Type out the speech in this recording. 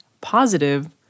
positive